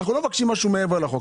אנחנו לא מבקשים משהו מעבר לחוק.